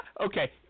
Okay